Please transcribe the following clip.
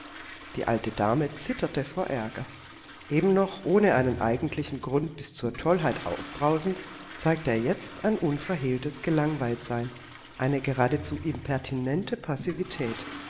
die alte dame zitterte vor aerger eben noch ohne einen eigentlichen grund bis zur tollheit aufbrausend zeigte er jetzt ein unverhehltes gelangweiltsein eine geradezu impertinente passivität